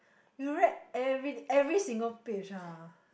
you read every every single page ah